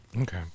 Okay